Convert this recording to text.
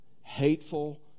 hateful